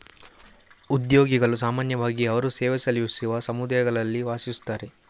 ಉದ್ಯೋಗಿಗಳು ಸಾಮಾನ್ಯವಾಗಿ ಅವರು ಸೇವೆ ಸಲ್ಲಿಸುವ ಸಮುದಾಯಗಳಲ್ಲಿ ವಾಸಿಸುತ್ತಾರೆ